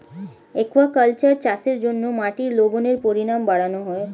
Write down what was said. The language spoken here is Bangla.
অ্যাকুয়াকালচার চাষের জন্য মাটির লবণের পরিমাণ বাড়ানো হয়